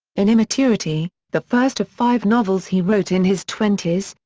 in immaturity, the first of five novels he wrote in his twenties,